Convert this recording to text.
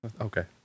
Okay